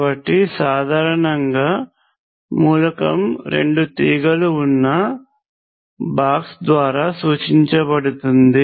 కాబట్టి సాధారణంగా మూలకం రెండు తీగలు ఉన్న బాక్స్ ద్వారా సూచించబడుతుంది